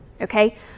Okay